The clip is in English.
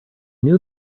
knew